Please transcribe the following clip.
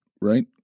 right